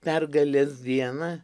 pergalės dieną